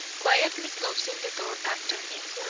quietly closing the door after him.